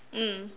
mm